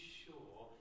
sure